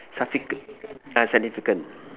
subsequent a significant